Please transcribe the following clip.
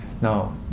Now